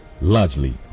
largely